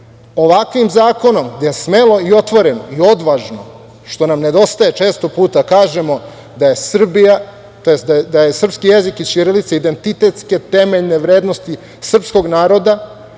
narod. Ovakvim zakonom je smelo i otvoreno i odvažno, što nam nedostaje često puta kada kažemo da je srpski jezik i ćirilica identitetske temeljne vrednosti srpskog naroda